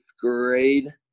grade